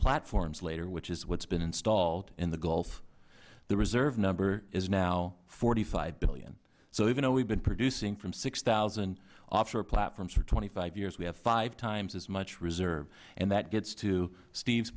platforms later which is what's been installed in the gulf the reserve number is now forty five billion so even though we've been producing from six thousand offshore platforms for twenty five years we have five times as much reserve and that gets to steve